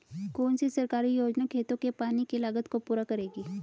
कौन सी सरकारी योजना खेतों के पानी की लागत को पूरा करेगी?